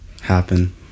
happen